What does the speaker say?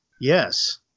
Yes